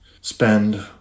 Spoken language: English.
spend